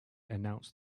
announced